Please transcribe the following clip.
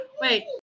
Wait